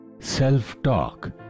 Self-talk